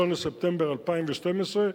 1 בספטמבר 2012,